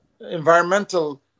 environmental